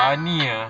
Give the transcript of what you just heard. funny ah